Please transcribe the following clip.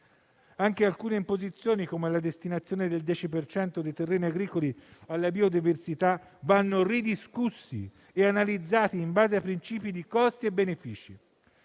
Anche alcune imposizioni, come la destinazione del 10 per cento dei terreni agricoli alla biodiversità, vanno ridiscusse e analizzate in base a principi di costi e benefici.